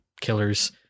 killers